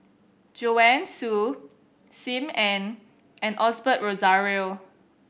Joanne Soo Sim Ann and Osbert Rozario